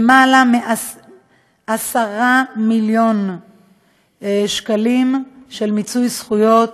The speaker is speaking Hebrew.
יותר מ-10 מיליון שקלים של מיצוי זכויות